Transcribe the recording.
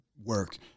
Work